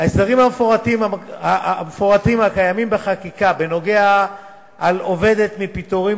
ההסדרים המפורטים הקיימים בחקיקה בנוגע להגנה על עובדת מפני פיטורים